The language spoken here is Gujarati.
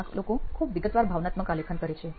ઘણા લોકો ખુબ વિગતવાર ભાવનાત્મક આલેખન કરે છે